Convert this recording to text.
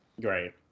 Great